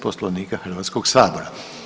Poslovnika Hrvatskog sabora.